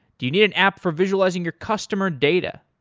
do you need an app for visualizing your customer data?